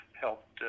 helped